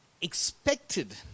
expected